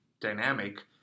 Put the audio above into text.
dynamic